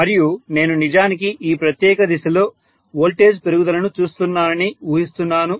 మరియు నేను నిజానికి ఈ ప్రత్యేక దిశలో వోల్టేజ్ పెరుగుదలను చూస్తున్నానని ఊహిస్తున్నాను